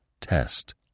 Test